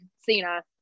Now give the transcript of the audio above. Cena